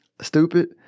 stupid